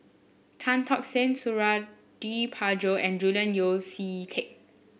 Tan Tock San Suradi Parjo and Julian Yeo See Teck